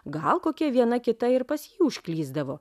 gal kokia viena kita ir pas jį užklysdavo